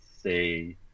say